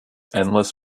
endless